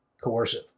coercive